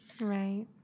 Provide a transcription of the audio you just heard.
Right